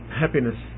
happiness